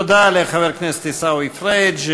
תודה לחבר הכנסת עיסאווי פריג'.